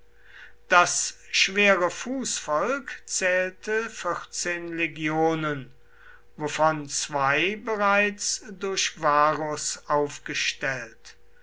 das schwere fußvolk zählte vierzehn legionen wovon zwei bereits durch varus aufgestellt